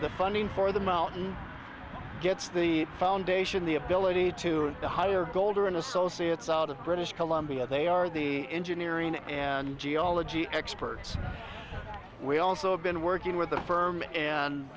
the funding for the mountain gets the foundation the ability to hire older and associates out of british columbia they are the engineering and geology experts we also have been working with the firm